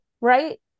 right